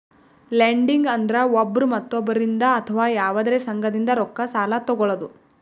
lending ಅಂದ್ರ ಒಬ್ರ್ ಮತ್ತೊಬ್ಬರಿಂದ್ ಅಥವಾ ಯವಾದ್ರೆ ಸಂಘದಿಂದ್ ರೊಕ್ಕ ಸಾಲಾ ತೊಗಳದು